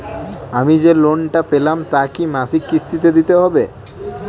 আমি যে লোন টা পেলাম তা কি মাসিক কিস্তি তে দিতে হবে?